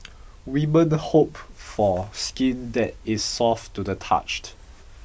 women hope for skin that is soft to the touched